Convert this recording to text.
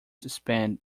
spent